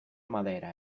madera